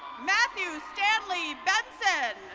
matthew stanly benson.